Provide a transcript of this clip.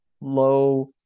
low